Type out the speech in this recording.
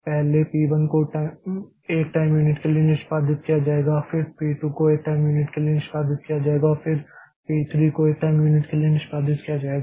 पहले P 1 को 1 time unit के लिए निष्पादित किया जाएगा फिर P 2 को 1 टाइम यूनिट के लिए निष्पादित किया जाएगा फिर P 3 को 1 टाइम यूनिट के लिए निष्पादित किया जाएगा